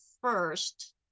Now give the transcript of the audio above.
first